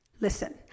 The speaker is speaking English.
Listen